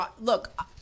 look